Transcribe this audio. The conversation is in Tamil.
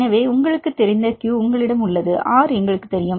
எனவே உங்களுக்குத் தெரிந்த q உங்களிடம் உள்ளது R எங்களுக்குத் தெரியும்